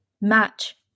match